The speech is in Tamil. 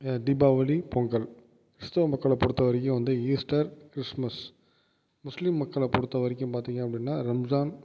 தீபாவளி பொங்கல் கிறிஸ்துவ மக்களை பொறுத்த வரைக்கும் வந்து ஈஸ்டர் கிறிஸ்மஸ் முஸ்லீம் மக்களை பொறுத்த வரைக்கும் பார்த்திங்க அப்படினா ரம்ஜான்